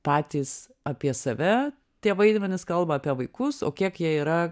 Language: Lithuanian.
patys apie save tie vaidmenys kalba apie vaikus o kiek jie yra